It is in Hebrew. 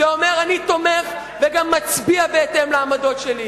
וגם מצביע בהתאם לעמדות שלי,